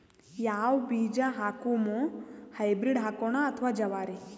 ಯಾವ ಬೀಜ ಹಾಕುಮ, ಹೈಬ್ರಿಡ್ ಹಾಕೋಣ ಅಥವಾ ಜವಾರಿ?